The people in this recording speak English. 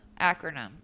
acronym